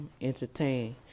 entertain